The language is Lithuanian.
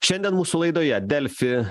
šiandien mūsų laidoje delfi